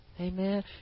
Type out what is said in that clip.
Amen